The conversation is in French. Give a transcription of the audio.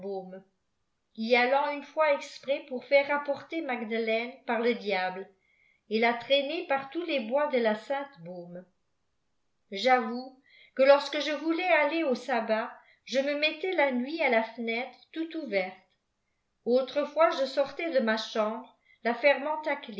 y allant une fois exprès pour faire rapporter magdelaine par le diable et la traîner par tous les bois de la sainte baume j'avoue que lorsque je voulais aller au sabbat je me mettais la nuit à la fenêtre tout ouverte autrefois je sortais de ma cham bre la